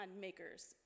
makers